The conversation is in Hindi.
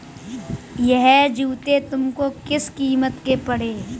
यह जूते तुमको किस कीमत के पड़े?